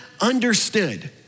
understood